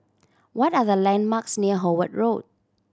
what are the landmarks near Howard Road